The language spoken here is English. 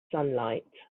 sunlight